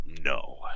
No